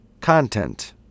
content